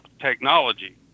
technology